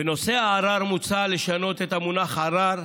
בנושא הערר, מוצע לשנות את המונח "ערר"